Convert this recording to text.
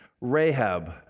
Rahab